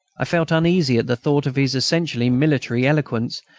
i felt uneasy at the thought of his essentially military eloquence,